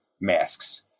masks